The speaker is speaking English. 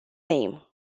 name